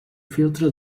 filtre